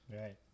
Right